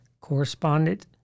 correspondent